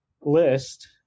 list